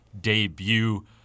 debut